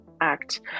act